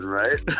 right